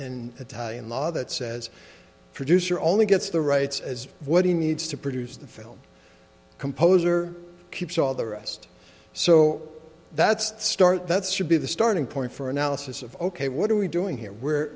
in italian law that says producer only gets the rights as what he needs to produce the film composer keeps all the rest so that's the start that's should be the starting point for analysis of ok what are we doing here where